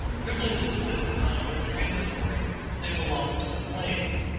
privileges of this kind are transitory they belong to the place,